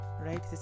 right